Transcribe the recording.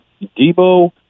Debo